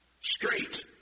Straight